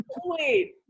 wait